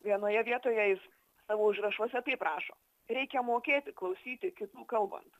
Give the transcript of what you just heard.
vienoje vietoje jis savo užrašuose taip prašo reikia mokėti klausyti kitų kalbant